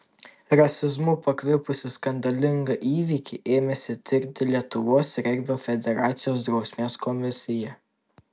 rasizmu pakvipusį skandalingą įvykį ėmėsi tirti lietuvos regbio federacijos drausmės komisija